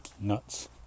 nuts